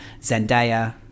Zendaya